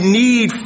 need